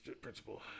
principle